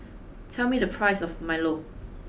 tell me the price of Milo